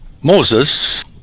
Moses